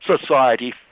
society